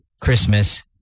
Christmas